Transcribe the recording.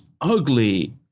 ugly